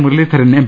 Muraleedharan M